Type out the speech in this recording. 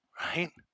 right